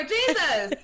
Jesus